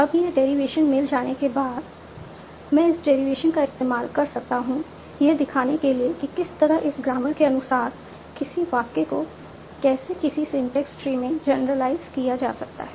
अब यह डेरीवेशन मिल जाने के बाद मैं इस डेरीवेशन का इस्तेमाल कर सकता हूं यह दिखाने के लिए कि किस तरह इस ग्रामर के अनुसार किसी वाक्य को कैसे किसी सिंटेक्स ट्री में जनरलाइज किया जा सकता है